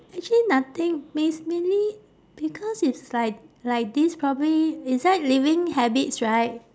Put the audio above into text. actually nothing it's mainly because it's like like this probably it's like living habits right